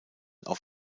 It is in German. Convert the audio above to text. auf